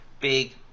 big